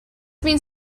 means